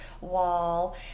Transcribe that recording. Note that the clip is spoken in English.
wall